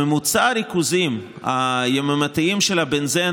ממוצע הריכוזים היממתיים של הבנזן